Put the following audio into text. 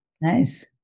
Nice